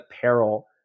peril